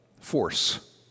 force